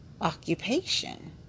occupation